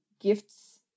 gifts